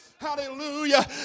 Hallelujah